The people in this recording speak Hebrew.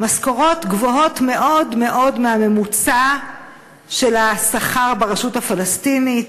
משכורות גבוהות מאוד מאוד מהממוצע של השכר ברשות הפלסטינית.